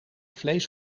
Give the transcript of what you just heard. vlees